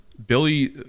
Billy